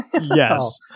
yes